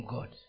God